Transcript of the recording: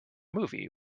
movie